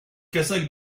kazakh